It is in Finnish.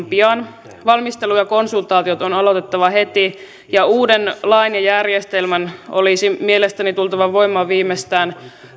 pian valmistelu ja konsultaatiot on aloitettava heti ja uuden lain ja järjestelmän olisi mielestäni tultava voimaan viimeistään